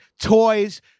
toys